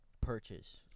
purchase